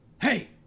hey